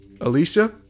Alicia